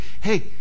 Hey